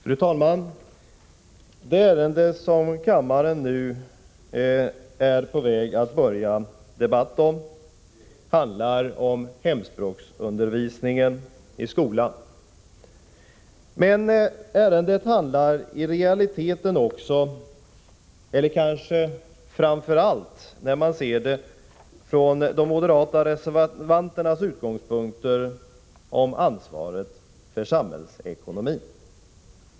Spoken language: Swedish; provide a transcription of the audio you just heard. Fru talman! Det ärende som kammaren nu skall börja debattera gäller hemspråksundervisningen i skolan. Men ärendet handlar i realiteten också — eller kanske framför allt, när man ser det från de moderata reservanternas utgångspunkter — om ansvaret för samhällsekonomin.